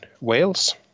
Wales